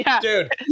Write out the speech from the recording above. dude